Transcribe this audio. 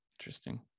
interesting